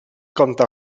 kąta